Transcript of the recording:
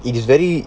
it is very